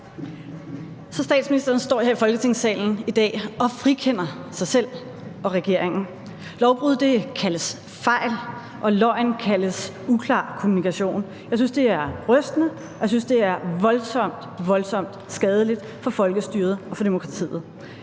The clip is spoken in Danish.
Så statsministeren står her i Folketingssalen i dag og frikender sig selv og regeringen. Lovbrud kaldes fejl, og løgn kaldes uklar kommunikation. Jeg synes, det er rystende, og jeg synes, det er voldsomt, voldsomt skadeligt for folkestyret og for demokratiet.